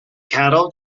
cattle